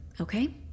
okay